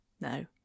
No